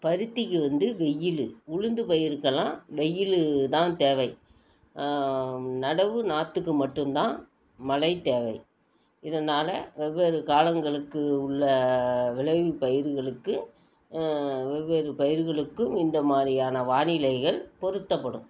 பருத்திக்கு வந்து வெயில் உளுந்து பயிருக்கெல்லாம் வெயில் தான் தேவை நடவு நாற்றுக்கு மட்டும் தான் மழை தேவை இதனால வெவ்வேறு காலங்களுக்கு உள்ள விளைவு பயிர்களுக்கு வெவ்வேறு பயிர்களுக்கும் இந்த மாதிரியான வானிலைகள் பொருத்தப்படும்